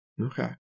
Okay